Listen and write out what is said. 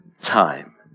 time